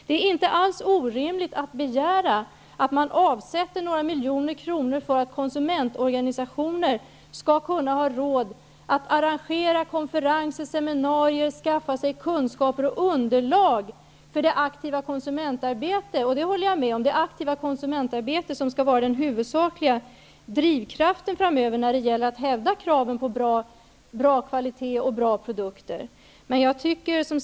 Det är inte orimligt att begära att några miljoner kronor avsätts för att konsumentorganisationer skall kunna få råd att arrangera konferenser och seminarier samt att skaffa sig underlag för ett aktivt konsumentarbete. Det är ett aktivt konsumentarbete som skall vara den huvudsakliga drivkraften framöver när det gäller att hävda kraven på bra kvalitet och bra produkter. Det håller jag med om.